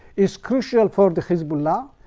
is crucial for the hezbollah,